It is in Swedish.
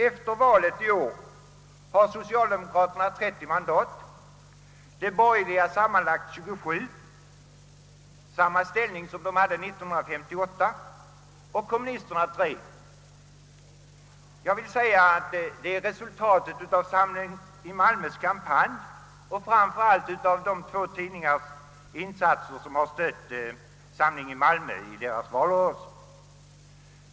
Efter valet i år har socialdemokraterna 30 mandat, de borgerliga sammanlagt 27 — samma ställning som de hade 1958 — och kommunisterna 3. Det är resultatet av kampanjen från Samling i Malmö och framför allt av två tidningars insatser som har stött Samling i Malmö i valrörelsen.